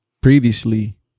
previously